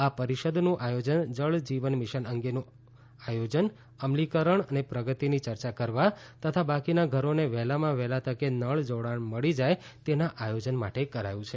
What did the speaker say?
આ પરીષદનું આયોજન જળ જીવન મિશન અંગેનું આયોજન અમલીકરણ અને પ્રગતિની ચર્ચા કરવા તથા બાકીના ઘરોને વહેલામાં વહેલી તકે નળ જોડાણ મળી જાય તેના આયોજન માટે કરાયું છે